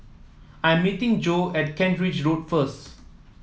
I'm meeting Jo at Kent Ridge Road first